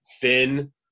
Finn